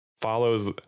follows